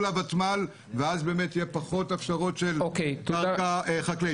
לוותמ"ל ואז באמת יהיו פחות הפשרות של קרקע חקלאית.